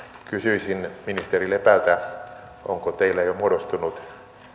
kysyisin ministeri lepältä onko teille jo muodostunut